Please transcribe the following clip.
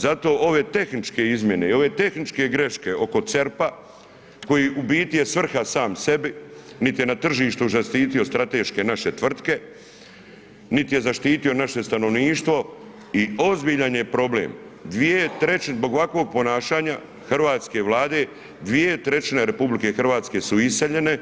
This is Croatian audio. Zato ove tehničke izmjene i ove tehničke greške oko CERP-a koji je u biti svrha sam sebi niti je na tržištu zaštitio strateške naše tvrtke, niti je zaštitio naše stanovništvo i ozbiljan problem, dvije trećine zbog ovakvog ponašanja hrvatske Vlade dvije trećine RH su iseljene